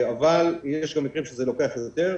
אבל יש גם מקרים שזה לוקח יותר.